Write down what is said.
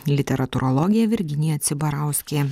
literatūrologė virginija cibarauskė